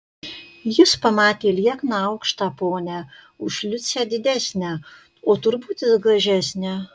jis pamatė liekną aukštą ponią už liucę didesnę o turbūt ir gražesnę